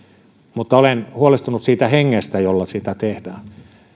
mutta olen huolestunut siitä hengestä jolla sitä tehdään